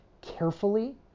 carefully